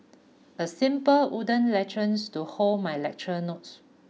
a simple wooden lectures to hold my lecture notes